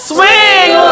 Swing